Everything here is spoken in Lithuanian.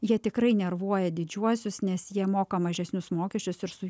jie tikrai nervuoja didžiuosius nes jie moka mažesnius mokesčius ir su